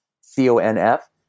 C-O-N-F